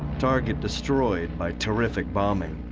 target destroyed by terrific bombing,